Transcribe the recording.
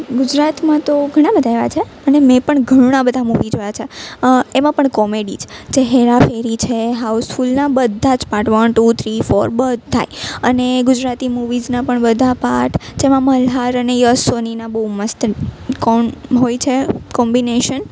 ગુજરાતમાં તો ઘણાં બધાં એવા છે અને મેં પણ ઘણાં બધાં મુવી જોયા છે એમાં પણ કોમેડી જ જે હેરાફેરી છે હાઉસફુલના બધા જ part one two three four બધાય અને ગુજરાતી મુવીઝના પણ બધા પાર્ટ જેમાં મલ્હાર અને યશ સોનીના બહુ મસ્ત કોમ હોય છે કોમ્બિનેશન